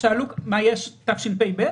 ב-תשפ"ב?